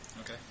Okay